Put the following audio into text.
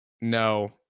No